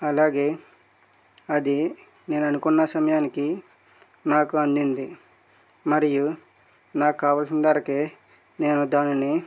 అలాగే అది నేను అనుకున్న సమయానికి నాకు అందింది మరియు నాకు కావాల్సిన ధరకే నేను దానిని